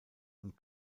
und